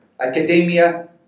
academia